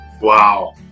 wow